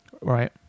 Right